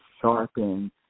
sharpen